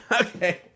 okay